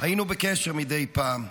היינו בקשר מדי פעם.